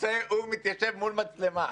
הוא מתיישב מול מצלמה.